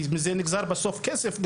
כי מזה נגזר בסוף כסף,